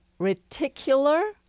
reticular